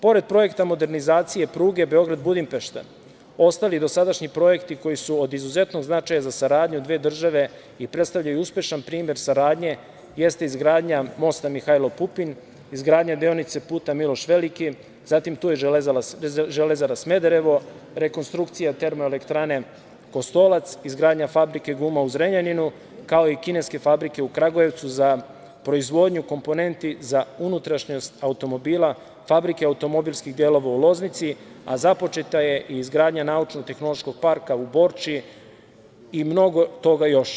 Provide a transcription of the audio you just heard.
Pored projekta modernizacije pruge Beograd – Budimpešta, ostali dosadašnji projekti koji su od izuzetnog značaja za saradnju dve države i predstavljaju uspešan primer saradnje jeste izgradnja mosta „Mihajlo Pupin“, izgradnja deonice puta „Miloš Veliki“, zatim tu je Železara Smederevo, rekonstrukcija termoelektrane Kostolac, izgradnja fabrike guma u Zrenjaninu, kao i kineske fabrike u Kragujevcu za proizvodnju komponenti za unutrašnjost automobila fabrike automobilskih delova u Loznici, a započeta je izgradnja i Naučno-tehnološkog parka u Borči i mnogo toga još.